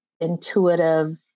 intuitive